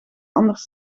anders